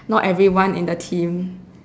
not everyone in the team